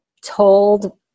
told